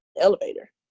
elevator